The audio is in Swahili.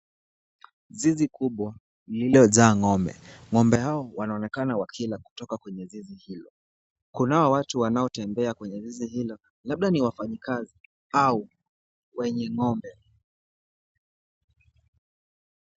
Zizi kubwa lililojaa ng'ombe, ng'ombe hao wanaonekana wakila kutoka kwenye zizi hilo. Kunao watu wanaotembea kwenye zizi hilo, labda ni wafanyikazi au wenye ng'ombe.